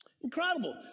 Incredible